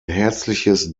herzliches